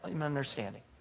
understanding